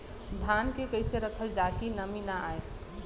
धान के कइसे रखल जाकि नमी न आए?